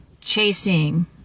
chasing